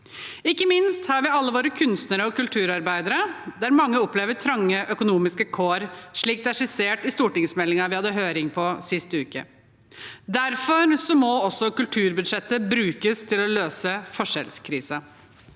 Ikke minst har vi alle våre kunstnere og kulturarbeidere, derav mange opplever trange økonomiske kår, slik det er skissert i stortingsmeldingen vi hadde høring på sist uke. Derfor må også kulturbudsjettet brukes til å løse forskjellskrisen.